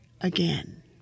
again